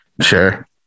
Sure